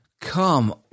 come